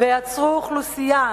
ויצרו אוכלוסייה